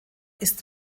ist